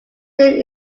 did